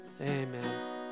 Amen